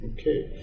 Okay